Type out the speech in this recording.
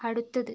അടുത്തത്